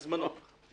בזמנו.